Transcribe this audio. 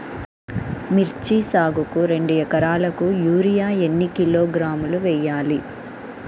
మిర్చి సాగుకు రెండు ఏకరాలకు యూరియా ఏన్ని కిలోగ్రాములు వేయాలి?